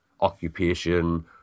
occupation